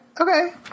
Okay